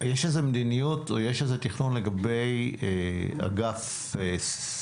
יש איזו מדיניות, או יש איזה תכנון לגבי אגף סי"ף.